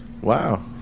Wow